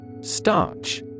Starch